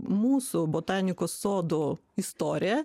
mūsų botanikos sodų istorija